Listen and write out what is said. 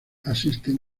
asisten